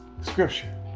Scripture